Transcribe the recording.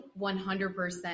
100%